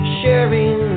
sharing